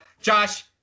Josh